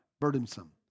Burdensome